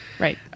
right